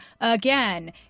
again